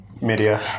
media